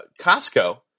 Costco